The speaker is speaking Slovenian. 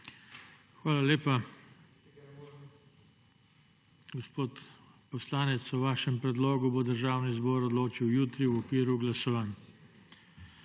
Hvala lepa. Gospod poslanec, o vašem predlogu bo Državni zbor odločil jutri v okviru glasovanj.